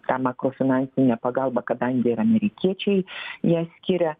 tą makrofinansinę pagalbą kadangi amerikiečiai jie skiria